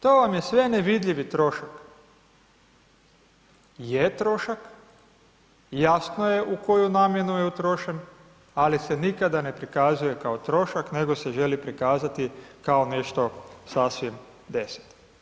To vam je sve nevidljivi trošak, je trošak, jasno je u koju namjenu je utrošen, ali se nikada ne prikazuje kao trošak nego se želi prikazati kao nešto sasvim deseto.